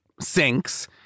sinks